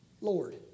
Lord